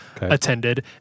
attended